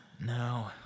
no